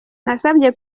nasabye